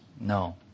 No